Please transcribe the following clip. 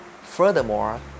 Furthermore